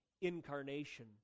incarnation